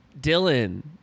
Dylan